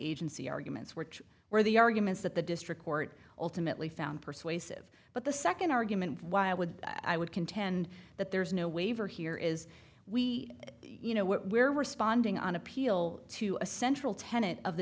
agency arguments which were the arguments that the district court ultimately found persuasive but the second argument why i would i would contend that there is no waiver here is we you know what we're responding on appeal to a central tenet of the